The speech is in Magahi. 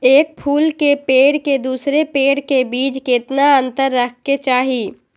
एक फुल के पेड़ के दूसरे पेड़ के बीज केतना अंतर रखके चाहि?